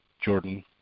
Jordan